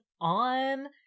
on